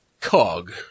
cog